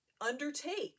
undertake